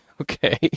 Okay